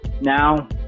Now